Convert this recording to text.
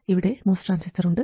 ഇവിടെ MOS transistor ഉണ്ട്